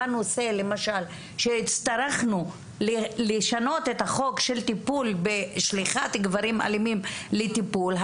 בנושא שהיינו צריכים לשנות את החוק ששולח גברים אלימים לטיפול,